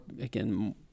again